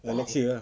ya next year ah